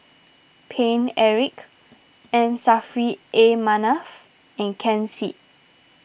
Paine Eric M Saffri A Manaf and Ken Seet